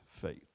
Faith